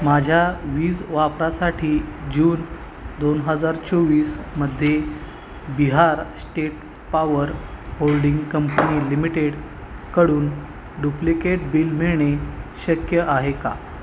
माझ्या वीज वापरासाठी जून दोन हजार चोवीसमध्ये Bihar state power holding company लिमिटेडकडून डुप्लिकेट बिल मिळणे शक्य आहे का